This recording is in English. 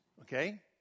okay